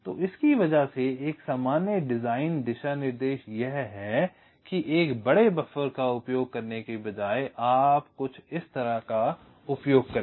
तो इसकी वजह से एक सामान्य डिजाइन दिशानिर्देश यह है कि एक बड़े बफर का उपयोग करने के बजाय आप कुछ इस तरह का उपयोग करें